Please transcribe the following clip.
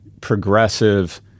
progressive